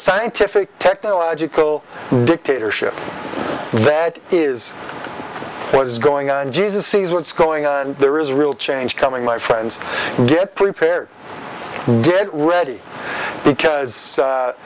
scientific technological dictatorship that is what is going on jesus sees what's going on there is real change coming my friends get prepared get ready because